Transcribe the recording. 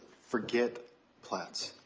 forget platts.